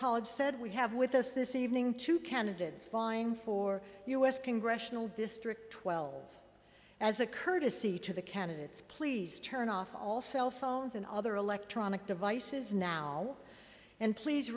college said we have with us this evening two candidates vying for u s congressional district twelve as a courtesy to the candidates please turn off all cell phones and other electronic devices now and please